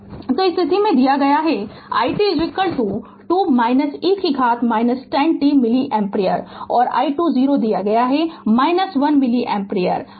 Refer Slide Time 2836 तो इस स्थिति में दिया गया है कि i t 2 e कि घात 10 t मिली एम्पीयर और i 2 0 दिया गया है 1 मिली एम्पीयर दिया गया है